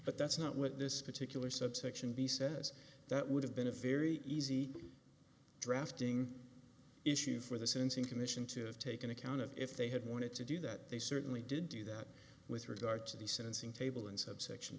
but that's not what this particular subsection b says that would have been a very easy drafting issue for the sentencing commission to have taken account of if they had wanted to do that they certainly did do that with regard to the sentencing table in subsection